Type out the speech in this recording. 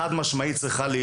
חד משמעית,